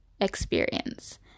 experience